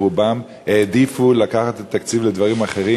ורובן העדיפו לקחת את התקציב לדברים אחרים.